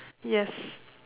yes